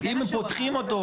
אם פותחים אותו